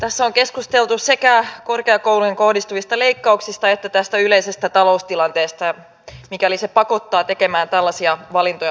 tässä on keskusteltu sekä korkeakouluihin kohdistuvista leikkauksista että tästä yleisestä taloustilanteesta pakottaako se tekemään tällaisia valintoja vai ei